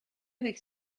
avec